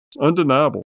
undeniable